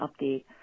update